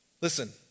Listen